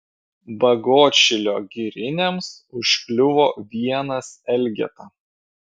bagotšilio giriniams užkliuvo vienas elgeta